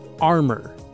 armor